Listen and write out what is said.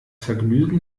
vergnügen